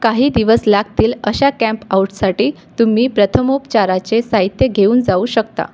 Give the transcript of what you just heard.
काही दिवस लागतील अशा कॅम्प आउटसाठी तुम्ही प्रथमोपचाराचे साहित्य घेऊन जाऊ शकता